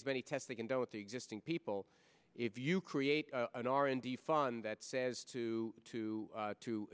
as many tests they can do with the existing people if you create an r and d fund that says two to two